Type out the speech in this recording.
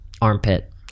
Armpit